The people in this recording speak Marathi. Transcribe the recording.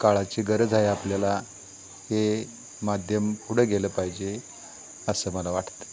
काळाची गरज आहे आपल्याला हे माध्यम पुढं गेलं पाहिजे असं मला वाटतं